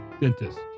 dentist